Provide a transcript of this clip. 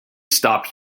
stopped